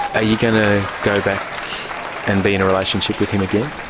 are you going to go back and be in a relationship with him again?